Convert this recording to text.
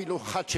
אפילו אחת,